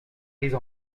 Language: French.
prises